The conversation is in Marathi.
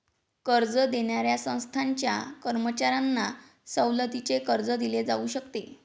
कर्ज देणाऱ्या संस्थांच्या कर्मचाऱ्यांना सवलतीचे कर्ज दिले जाऊ शकते